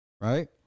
right